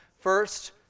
First